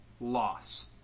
Loss